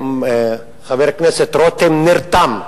חבר הכנסת רותם נרתם,